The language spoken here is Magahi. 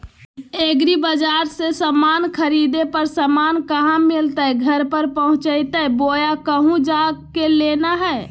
एग्रीबाजार से समान खरीदे पर समान कहा मिलतैय घर पर पहुँचतई बोया कहु जा के लेना है?